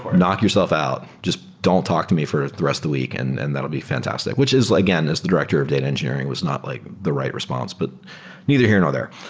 knock yourself out. just don't talk to me for the rest of the week, and and that will be fantastic, which is, again, as the director of data engineering, was not like the right response, but neither here nor there.